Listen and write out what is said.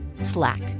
Slack